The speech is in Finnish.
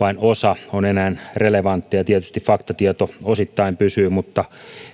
vain osa on enää relevanttia tietysti faktatieto osittain pysyy mutta